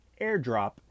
airdrop